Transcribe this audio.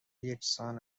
یکسان